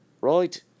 Right